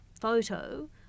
photo